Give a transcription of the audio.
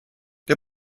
der